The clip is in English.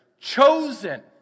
chosen